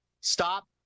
Stop